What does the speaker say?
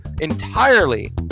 entirely